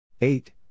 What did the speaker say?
eight